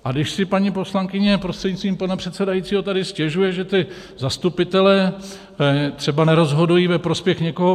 A když si paní poslankyně prostřednictvím pana předsedajícího tady stěžuje, že ti zastupitelé třeba nerozhodují ve prospěch někoho...